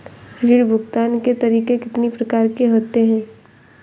ऋण भुगतान के तरीके कितनी प्रकार के होते हैं?